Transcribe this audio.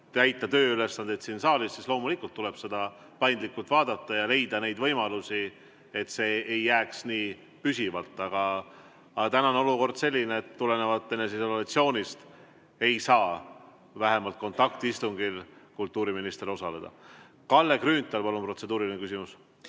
täita tööülesandeid siin saalis, siis loomulikult tuleb seda paindlikult vaadata ja leida neid võimalusi, et see püsivalt nii ei jääks. Aga täna on olukord selline, et tulenevalt eneseisolatsioonist ei saa vähemalt kontaktistungil kultuuriminister osaleda. Kalle Grünthal, palun, protseduuriline küsimus!